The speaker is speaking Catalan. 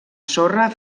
sorra